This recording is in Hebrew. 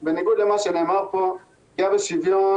היה מקומם,